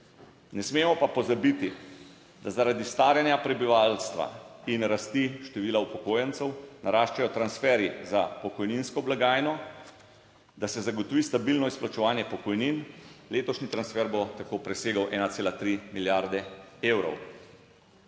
Ne smemo pa pozabiti, da zaradi staranja prebivalstva in rasti števila upokojencev, naraščajo transferji za pokojninsko blagajno, da se zagotovi stabilno izplačevanje pokojnin, letošnji transfer bo tako presegel 1,3 milijarde evrov.